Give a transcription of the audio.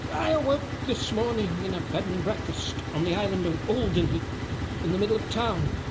i awoke this morning in a bed and breakfast on the island of alderney in the middle of town.